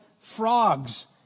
frogs